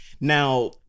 now